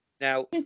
now